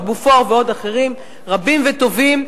"בופור" ועוד אחרים רבים וטובים,